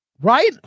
Right